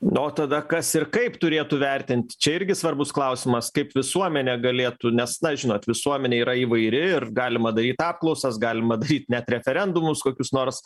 o tada kas ir kaip turėtų vertint čia irgi svarbus klausimas kaip visuomenė galėtų nes na žinot visuomenė yra įvairi ir galima daryt apklausas galima daryt net referendumus kokius nors